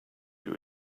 your